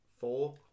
four